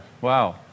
Wow